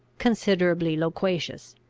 considerably loquacious.